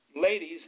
ladies